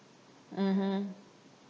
mmhmm